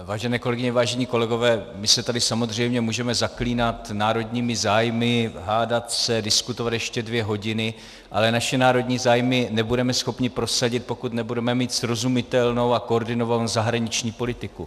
Vážené kolegyně, vážení kolegové, my se tady samozřejmě můžeme zaklínat národními zájmy, hádat se, diskutovat ještě dvě hodiny, ale své národní zájmy nebudeme schopni prosadit, pokud nebudeme mít srozumitelnou a koordinovanou zahraniční politiku.